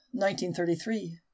1933